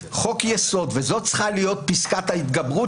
וזאת צריכה להיות פסקת ההתגברות,